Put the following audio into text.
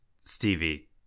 Stevie